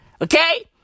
Okay